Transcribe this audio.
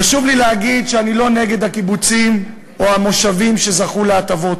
חשוב לי להגיד שאני לא נגד הקיבוצים או המושבים שזכו להטבות.